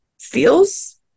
feels